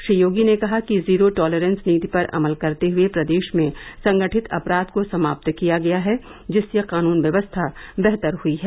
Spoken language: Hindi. श्री योगी ने कहा कि जीरो टॉलरेंस नीति पर अमल करते हुए प्रदेश में संगठित अपराध को समाप्त किया गया है जिससे कानून व्यवस्था बेहतर हुई है